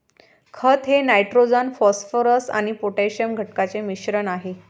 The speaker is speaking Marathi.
खत हे नायट्रोजन फॉस्फरस आणि पोटॅशियम घटकांचे मिश्रण आहे